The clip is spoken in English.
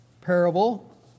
parable